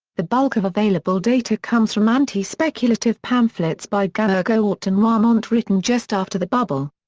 the bulk of available data comes from anti-speculative pamphlets by gaergoedt and warmondt written just after the bubble.